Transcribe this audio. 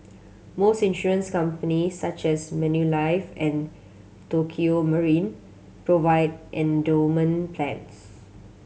most insurance companies such as Manulife and Tokio Marine provide endowment plans